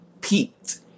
peaked